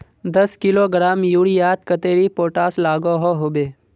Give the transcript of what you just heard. दस किलोग्राम यूरियात कतेरी पोटास लागोहो होबे?